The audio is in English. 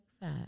five